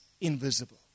invisible